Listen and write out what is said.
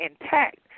intact